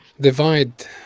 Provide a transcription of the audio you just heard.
divide